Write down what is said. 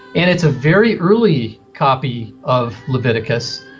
and it's a very early copy of leviticus,